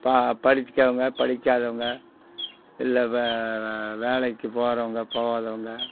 படிக்கிறவங்க படிக்காதவங்க இல்லை வேலைக்கு போறவங்க போகாதவங்க